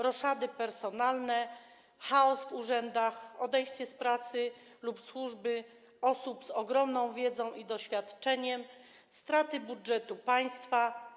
Roszady personalne, chaos w urzędach, odejście z pracy lub służby osób z ogromną wiedzą i doświadczeniem, straty budżetu państwa.